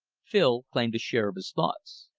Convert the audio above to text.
phil claimed a share of his thoughts.